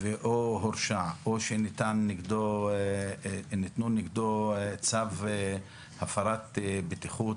או שהורשע או שהוצאו נגדו צווי הפרת בטיחות,